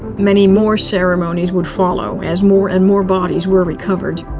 many more ceremonies would follow as more and more bodies were recovered.